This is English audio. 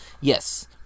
yes